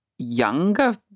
younger